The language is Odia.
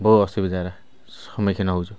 ବହୁ ଅସୁବିଧାର ସମ୍ମୁଖୀନ ହେଉଛୁ